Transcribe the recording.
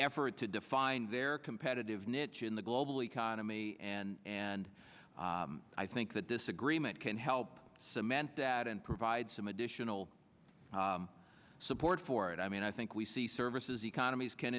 effort to define their competitive niche in the global economy and and i think that this agreement can help cement that and provide some additional support for it i mean i think we see services economies can